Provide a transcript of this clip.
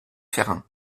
ferrand